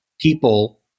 people